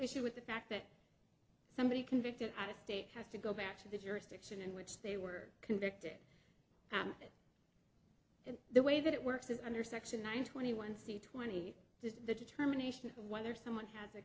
issue with the fact that somebody convicted out of state has to go back to the jurisdiction in which they were convicted and the way that it works is under section nine twenty one c twenty does the determination of whether someone has a